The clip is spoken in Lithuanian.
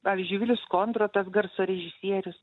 pavyzdžiui julius kondratas garso režisierius